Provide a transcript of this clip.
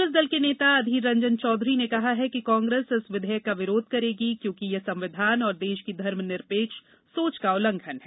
कांग्रेस दल के नेता अधीर रंजन चौधरी ने कहा कि कांग्रेस इस विधेयक का विरोध करेगी क्योंकि यह संविधान और देश की धर्मनिरपेक्ष सोच का उल्लंघन करता है